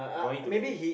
going to married